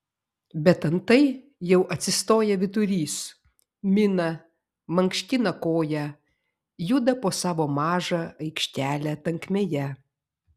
bet antai jau atsistoja vyturys mina mankština koją juda po savo mažą aikštelę tankmėje